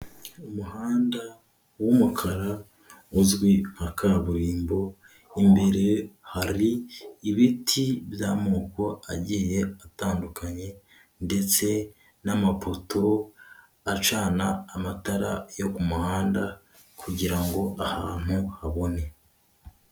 Umuhanda w'umukara uzwi nka kaburimbo imbere hari ibiti by'amoko agiye atandukanye, ndetse n'amapoto acana amatara yo ku muhanda kugira ngo ahantu habone.